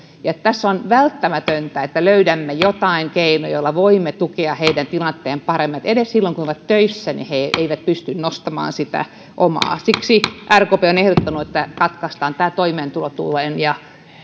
on välttämätöntä että löydämme jotain keinoja joilla voimme tukea heidän tilannettaan edes silloin kun he ovat töissä he eivät pysty nostamaan sitä siksi rkp on ehdottanut että katkaistaan toimeentulotuen ja